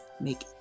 make